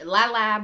Lala